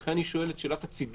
לכן אני שואל את שאלת הצידוק.